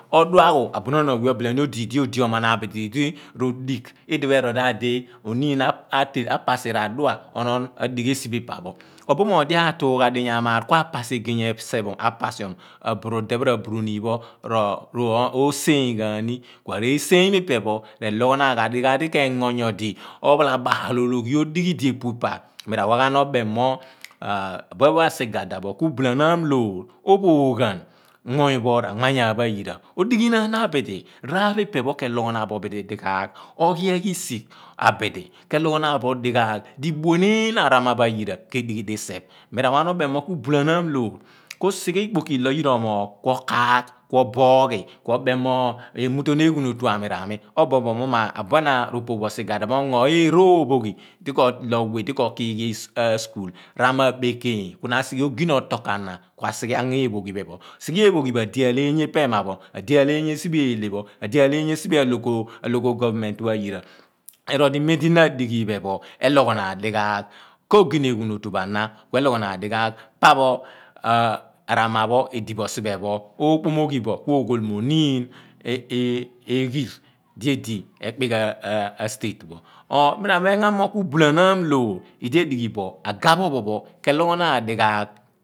Odua ghu abunon awẹ obile ni odi, dio di oman obidi di roḏigh idipho erol dah di oniin a pasi radua, onoon adigh esi phi paphoo obumoony di atuugha duya amaar kua pasi egey epasiom, aburu de pho ra buruniin pho rooseeyn ghaani. Iseeny pho ipe pho reloghoonaan ghan nyodi dighaagh di kengo nyodi ophala baalologhi odi ghi idi epu pa mi ra wa ghan obem mo ḇue pho asighada pho ku bulanaam loor ophooghaan muny pho r'amaayaan pho ayira odighi naa abidi r'aar pho ipe pho kelogho naan bo bidi dighaagh, oghi a risigh abidi, keloghonaan bo dighaagh di ibueneen iniin arama pho ayira kedighi diseph. Mirawaghan obem mo kubulanaan loor kusighe ikpoki lọ yira omoogh kuo kaagh, kuo booghi, kuo beem mo emukuon eghunotu ami rami obo obo mu mo abuen ropoogh bo sighada pho ongo eepho ghi di ko loogh we di ko kiighi ra ma aḇeekẹypho ku na asighe oghina otokah na bin na asighe ango eepho ghi pho, sighe eephe ghi pho adi alaanye omo emapho di aleeye sighe eelhe pho, adi aleeye epe a local government pho ayira erọ madimem lo na adighi lipho elogho naan dighaagh, koghina eghun otu pho ana, naloghonaan dighaagh pa aramapho edibo sighepho okpoomoghi bo ku mo ghool bo mo oniin eghiir di edi ekpik a state or mira mem ghan mo ku bu la maam loor idi edighibo agho pho ophon kalogharaan ni dighaagh.